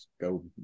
go